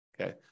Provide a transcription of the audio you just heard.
Okay